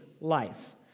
life